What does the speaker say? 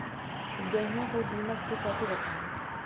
गेहूँ को दीमक से कैसे बचाएँ?